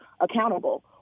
accountable